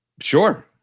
Sure